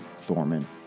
Thorman